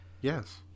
yes